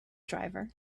driver